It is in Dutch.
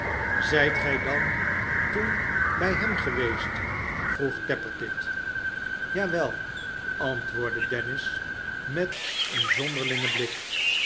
zijt gij dan toen bij hem geweest vroeg tappertit ja wel antwoordde dennis met een zonderlingen blik